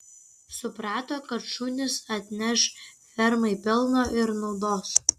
suprato kad šunys atneš fermai pelno ir naudos